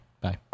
bye